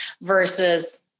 versus